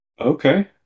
Okay